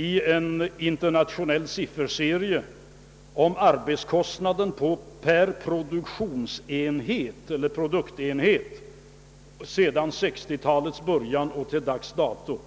I en internationell sifferserie redovisas arbetskostnaden per produktenhet sedan 1960-talets början till dags dato.